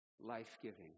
life-giving